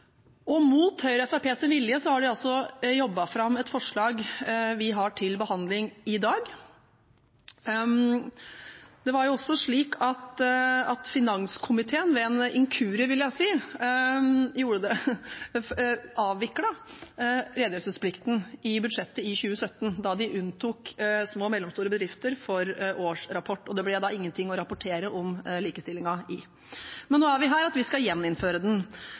aktivitetsplikten. Mot Høyres og Fremskrittspartiets vilje har de jobbet fram det forslaget vi har til behandling i dag. Det var også slik at finanskomiteen ved en inkurie – vil jeg si – avviklet redegjørelsesplikten i forbindelse med budsjettet i 2017, da de unntok små og mellomstore bedrifter fra årsrapport. Det ble da ingenting å rapportere om likestillingen i. Men nå er vi her at vi skal gjeninnføre den.